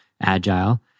agile